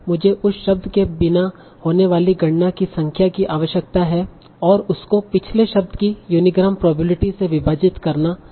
मुझे उस शब्द के बिना होने वाली गणना की संख्या की आवश्यकता है और उसको पिछले शब्द की यूनीग्राम प्रोबेबिलिटी से विभाजित करना जानते हैं